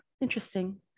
interesting